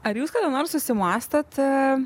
ar jūs kada nors susimąstote